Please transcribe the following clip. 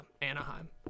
Anaheim